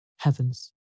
Heavens